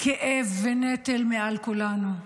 כאב ונטל מעל כולנו.